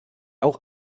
auch